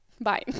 Bye